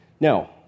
Now